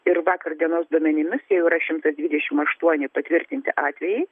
ir vakar dienos duomenimis jau yra šimtas dvidešim aštuoni patvirtinti atvejai